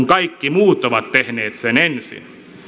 kaikki muut ovat tehneet sen ensin